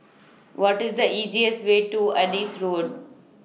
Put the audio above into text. What IS The easiest Way to Adis Road